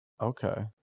Okay